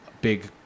big